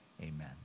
Amen